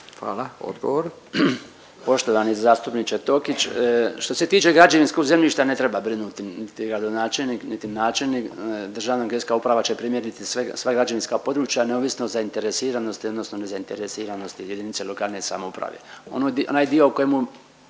Branko (HDZ)** Poštovani zastupniče Tokić, što se tiče građevinskog zemljišta ne treba brinuti niti gradonačelnik, niti načelnik, Državna geodetska uprava će premjeriti sve, sva građevinska područja neovisno o zainteresiranosti odnosno nezainteresiranosti JLS. Onaj dio o kojemu,